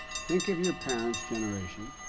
think of your parent's generation,